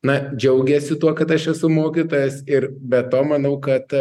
na džiaugiasi tuo kad aš esu mokytojas ir be to manau kad